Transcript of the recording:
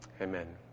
Amen